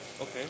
Okay